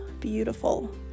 beautiful